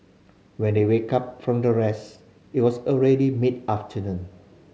when they wake up from their rest it was already mid afternoon